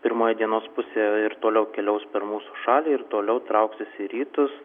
pirmoje dienos pusėje ir toliau keliaus per mūsų šalį ir toliau trauksis į rytus